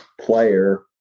player